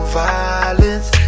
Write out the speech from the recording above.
violence